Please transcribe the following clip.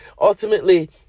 ultimately